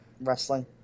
Wrestling